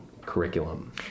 curriculum